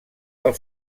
del